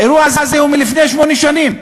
האירוע הזה הוא מלפני שמונה שנים.